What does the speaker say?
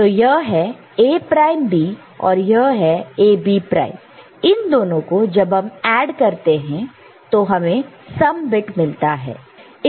तो यह है A प्राइम B और यह है A B प्राइम इन दोनों को जब हम ऐड करते हैं तो हमें सम बिट मिलता है